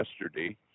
yesterday